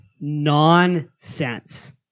nonsense